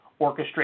orchestrate